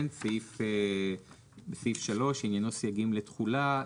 כן, סעיף 3 שעניינו סייגים לתכולה.